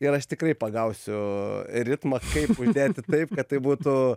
ir aš tikrai pagausiu ritmą kaip judėti taip kad tai būtų